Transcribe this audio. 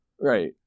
right